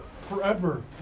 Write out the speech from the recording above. forever